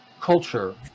culture